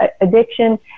addiction